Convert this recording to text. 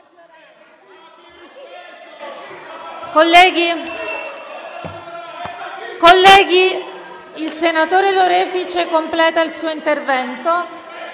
Colleghi, il senatore Lorefice completa il suo intervento.